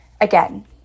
Again